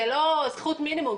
זכות מינימום,